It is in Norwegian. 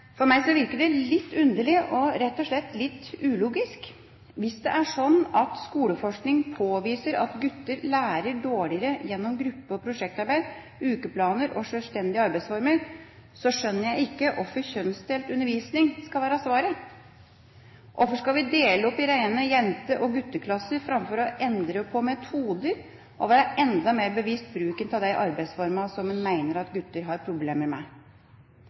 For meg virker det litt underlig og rett og slett litt ulogisk. Hvis det er sånn at skoleforskning påviser at gutter lærer dårligere gjennom gruppe- og prosjektarbeid, ukeplaner og sjølstendige arbeidsformer, skjønner jeg ikke hvorfor kjønnsdelt undervisning skal være svaret. Hvorfor skal vi dele opp i reine jente- og gutteklasser framfor å endre på metoder og være enda mer bevisst i bruken av de arbeidsformene som en mener gutter har problemer med?